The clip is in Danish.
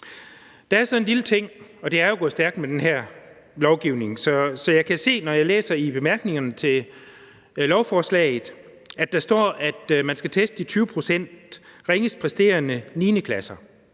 Der er så en lille ting – og det er jo gået stærkt med den her lovgivning – nemlig at jeg kan se, når jeg læser bemærkningerne til lovforslaget, at der står, at man skal teste de 20 pct. ringest præsterende 9. klasser,